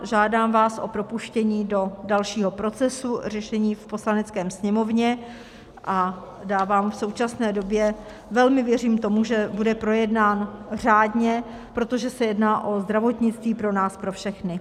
Žádám vás o propuštění do dalšího procesu řešení v Poslanecké sněmovně a v současné době velmi věřím tomu, že bude projednán řádně, protože se jedná o zdravotnictví pro nás pro všechny.